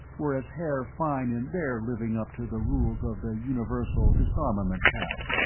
were as hair fine in their living up to the rules of the universal disarmament pact.